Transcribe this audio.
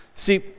See